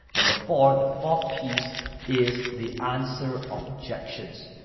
number four, the fourth piece is the answer objections.